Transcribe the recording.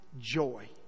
joy